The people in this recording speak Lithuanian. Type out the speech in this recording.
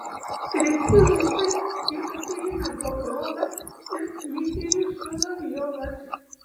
treti rusai jekaterina bobrova ir dmitrijus solovjovas